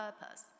purpose